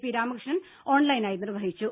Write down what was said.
P Ramakrishnan ഓൺലൈനായി നിർവഹിച്ചു